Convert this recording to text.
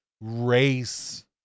race